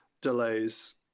delays